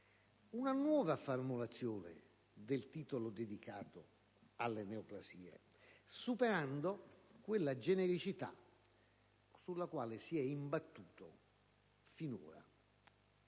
una nuova formulazione del titolo dedicato alle neoplasie, superando quella genericità sulla quale si è imbattuto finora